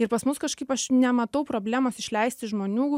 ir pas mus kažkaip aš nematau problemos išleisti žmonių